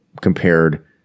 compared